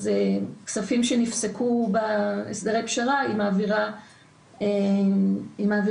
כספים שנפסקו בהסדרי פשרה היא מעבירה לקרן.